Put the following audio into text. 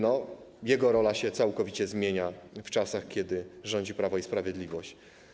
No jego rola całkowicie się zmienia, w czasach kiedy rządzi Prawo i Sprawiedliwość.